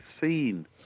seen